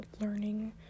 learning